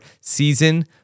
season